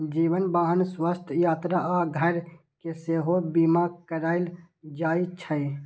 जीवन, वाहन, स्वास्थ्य, यात्रा आ घर के सेहो बीमा कराएल जाइ छै